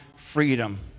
freedom